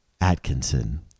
Atkinson